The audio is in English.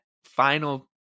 Final